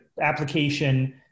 Application